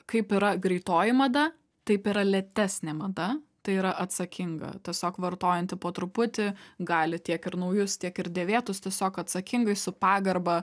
kaip yra greitoji mada taip yra lėtesnė mada tai yra atsakinga tiesiog vartojanti po truputį gali tiek ir naujus tiek ir dėvėtus tiesiog atsakingai su pagarba